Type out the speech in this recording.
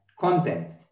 content